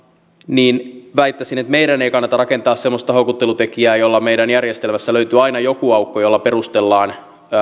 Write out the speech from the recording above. niin väittäisin että meidän ei kannata rakentaa semmoista houkuttelutekijää jolla meidän järjestelmästämme löytyy aina joku aukko jolla perustellaan